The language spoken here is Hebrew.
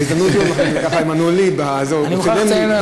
אני מוכרח לציין,